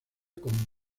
con